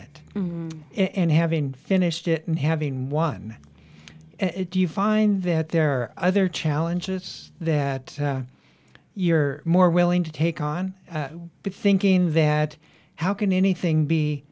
it and having finished it and having won it do you find that there are other challenges that you're more willing to take on big thinking that how can anything be